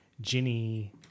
Ginny